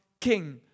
king